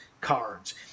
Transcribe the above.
cards